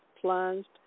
plunged